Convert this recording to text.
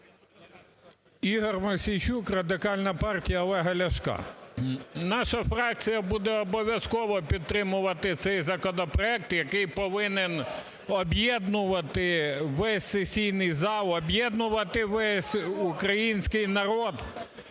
Ігор Мосійчук, Радикальна партія Олега Ляшка. Наша фракція буде обов'язково підтримувати цей законопроект, який повинен об'єднувати весь сесійний зал, об'єднувати весь український народ,